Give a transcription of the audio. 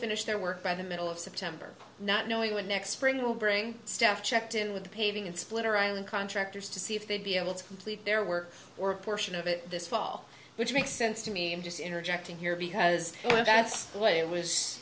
finish their work by the middle of september not knowing when next spring will bring staff checked in with the paving and splitter island contractors to see if they'd be able to complete their work or a portion of it this fall which makes sense to me just interjecting here because that's the way it was